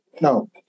No